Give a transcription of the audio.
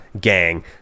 gang